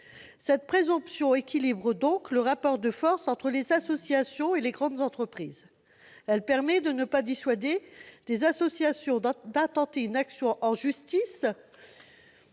Cette présomption équilibre le rapport de force entre les associations et les grandes entreprises. Elle permet de ne pas dissuader des associations d'intenter une action en justice